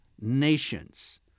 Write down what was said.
nations